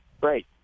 great